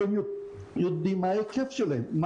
שהם יודעים מה ההיקף שלהם,